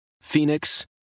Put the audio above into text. Phoenix